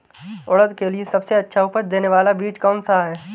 उड़द के लिए सबसे अच्छा उपज देने वाला बीज कौनसा है?